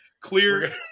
clear